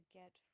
get